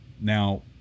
Now